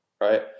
right